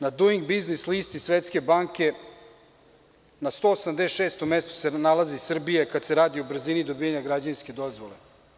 Na Doing business listi Svetske banke na 186. mestu se nalazi Srbija kada se radi o brzini dobijanja građevinske dozvole.